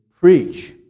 preach